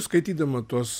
skaitydama tuos